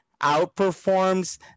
outperforms